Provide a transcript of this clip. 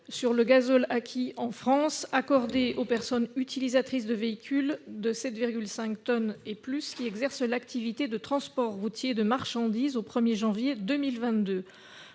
sur le gazole acquis en France accordé aux personnes utilisatrices de véhicules de 7,5 tonnes et plus qui exercent l'activité de transport routier de marchandises. L'augmentation,